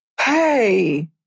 Hey